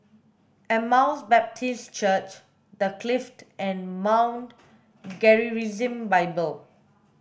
Emmaus Baptist Church The Clift and Mount Gerizim Bible